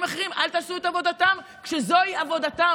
אחרים שלא יעשו את עבודתם כשזו עבודתם.